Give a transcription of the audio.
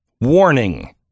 Warning